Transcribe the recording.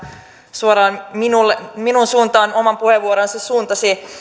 suoraan minun suuntaani oman puheenvuoronsa suuntasi